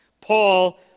Paul